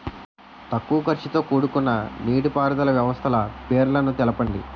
తక్కువ ఖర్చుతో కూడుకున్న నీటిపారుదల వ్యవస్థల పేర్లను తెలపండి?